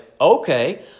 okay